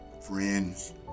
friends